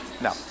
No